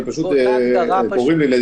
קוראים לי,